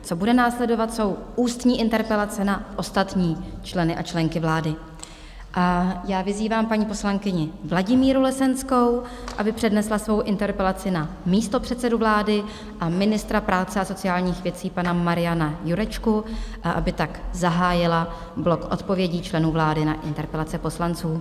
Co bude následovat, jsou ústní interpelace na ostatní členy a členky vlády a já vyzývám paní poslankyni Vladimíru Lesenskou, aby přednesla svou interpelaci na místopředsedu vlády a ministra práce a sociálních věcí, pana Mariana Jurečku, a aby tak zahájila blok odpovědí členů vlády na interpelace poslanců.